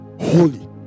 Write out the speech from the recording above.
holy